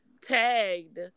tagged